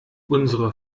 unsere